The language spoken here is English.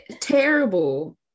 terrible